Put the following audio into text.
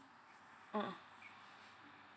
mmhmm